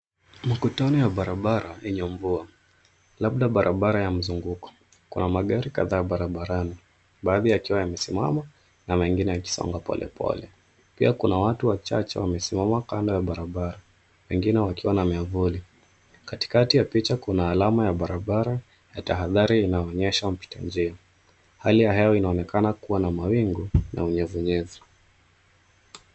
Mkutano ya barabara lenye mvua labda barabara ya mzunguko. Kuna magari kadhaa barabarani baadhi yakiwa yamesimama na mengine yakisonga polpole. Pia kuna watu wachache wamesimama kando ya barabara wengine wakiwa na miavuli. Katikati ya picha kuna alama ya barabara ya tahadhari inaonyesha mpitanjia. Hali ya hewa inaonekana kuwa na mawingu na unyevunyevu.